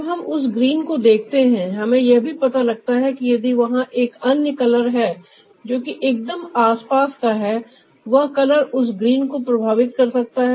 जब हम उस ग्रीन को देखते हैं हमें यह भी पता लगता है कि यदि वहां एक अन्य कलर है जो कि एकदम आसपास का है वह कलर उस ग्रीन को प्रभावित कर सकता है